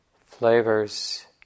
flavors